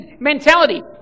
mentality